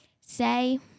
say